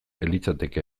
litzateke